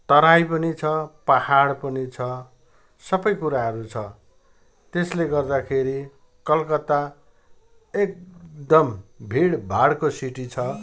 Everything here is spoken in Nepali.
तराई पनि छ पहाड पनि छ सबै कुराहरू छ त्यसले गर्दाखेरि कलकत्ता एकदम भिड भाडको सिटी छ